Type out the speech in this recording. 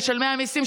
משלמי המיסים,